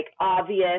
obvious